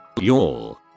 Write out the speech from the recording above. Y'all